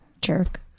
Jerk